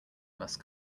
must